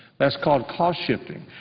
that's called cost shifting.